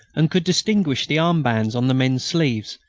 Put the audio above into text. and could distinguish the armbands on the men's sleeves,